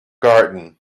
garden